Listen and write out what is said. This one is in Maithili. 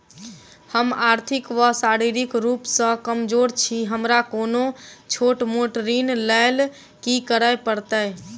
हम आर्थिक व शारीरिक रूप सँ कमजोर छी हमरा कोनों छोट मोट ऋण लैल की करै पड़तै?